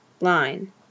Line